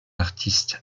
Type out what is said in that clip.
artiste